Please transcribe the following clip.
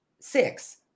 six